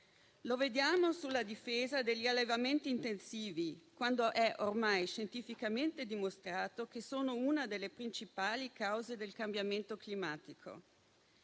Lo vediamo sulla difesa degli allevamenti intensivi, quando è ormai scientificamente dimostrato che sono una delle principali cause del cambiamento climatico,